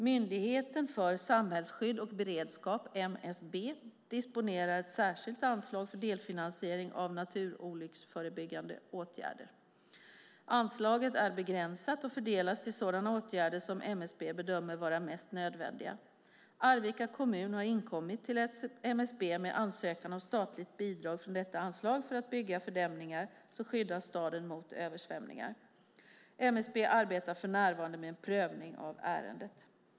Myndigheten för samhällsskydd och beredskap disponerar ett särskilt anslag för delfinansiering av naturolycksförebyggande åtgärder. Anslaget är begränsat och fördelas till sådana åtgärder som MSB bedömer vara mest nödvändiga. Arvika kommun har inkommit till MSB med en ansökan om statligt bidrag från detta anslag för att bygga fördämningar som skyddar staden mot översvämningar. MSB arbetar för närvarande med en prövning av ärendet.